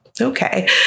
Okay